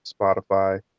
spotify